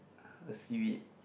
a seaweed